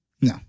No